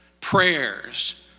prayers